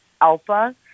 alpha